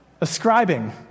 ascribing